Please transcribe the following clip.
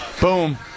Boom